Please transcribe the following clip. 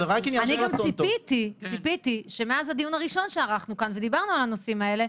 אני גם ציפיתי שמאז הדיון הראשון שערכנו כאן ודיברנו על הנושאים האלה,